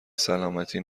سلامتی